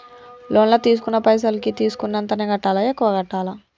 Loan లా తీస్కున్న పైసల్ కి తీస్కున్నంతనే కట్టాలా? ఎక్కువ కట్టాలా?